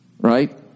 right